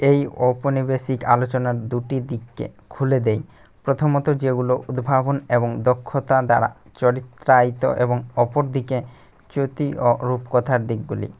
এই ঔপনিবেশিক আলোচনার দুটি দিককে খুলে দেয় প্রথমত যেগুলো উদ্ভাবন এবং দক্ষতা দ্বারা চরিত্রায়িত এবং অপরদিকে চ্যুতি ও রূপকথার দিকগুলি